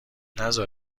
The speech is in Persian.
نزار